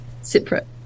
separate